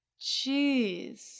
Jeez